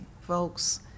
folks